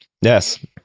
Yes